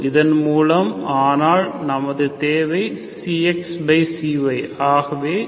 இதன் மூலம் ஆனால் நமது தேவை ξx ξy ஆகவே ξx ξy dydx